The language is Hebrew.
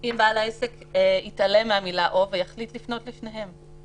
מה אם בעל העסק יתעלם מהמילה "או" ויחליט לפנות לשניהם?